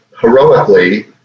heroically